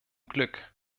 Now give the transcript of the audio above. glück